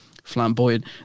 flamboyant